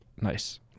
Nice